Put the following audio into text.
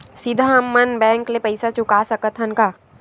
सीधा हम मन बैंक ले पईसा चुका सकत हन का?